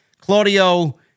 Claudio